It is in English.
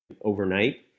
overnight